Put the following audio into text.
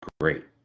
Great